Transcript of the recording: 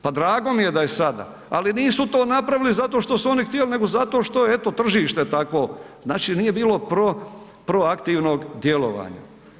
Pa drago mi je da je sada ali nisu to napravili zato što su oni htjeli nego zato što eto, tržište je takvo, znači nije bilo proaktivnog djelovanja.